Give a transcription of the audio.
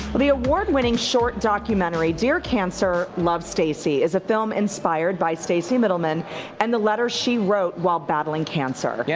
the award-winning short documentary, dear cancer, love stacy is a film inspired by stacy middleman and the letter she wrote while battling cancer. yeah